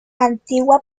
antigua